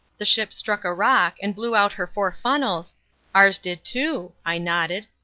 the ship struck a rock, and blew out her four funnels ours did too, i nodded.